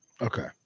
okay